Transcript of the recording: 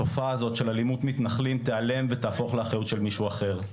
התופעה הזאת של אלימות מתנחלים תיעלם ותהפוך לאחריות של מישהו אחר.